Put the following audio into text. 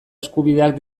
eskubideak